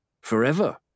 Forever